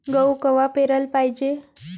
गहू कवा पेराले पायजे?